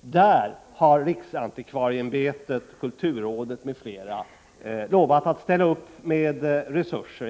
Där har riksantikvarieämbetet, kulturrådet, m.fl., lovat att ställa upp med resurser.